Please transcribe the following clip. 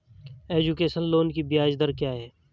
Education loan की ब्याज दर क्या है?